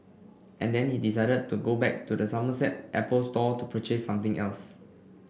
and then he decided to go back to the Somerset Apple Store to purchase something else